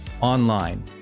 online